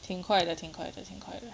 挺快的挺快的挺快的